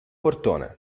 portone